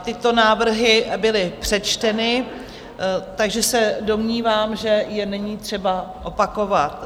Tyto návrhy byly přečteny, takže se domnívám, že je není třeba opakovat.